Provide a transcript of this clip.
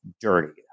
dirty